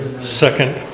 second